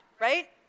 right